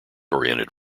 oriented